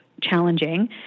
challenging